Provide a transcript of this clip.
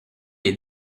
est